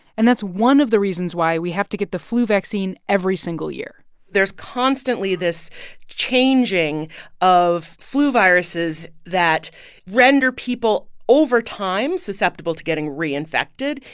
and that's one of the reasons why we have to get the flu vaccine every single year there's constantly this changing of flu viruses that render people over time susceptible to getting reinfected.